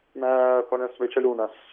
na ponas vaičeliūnas